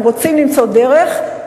אם רוצים למצוא דרך,